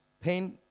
pain